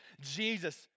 Jesus